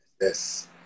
Yes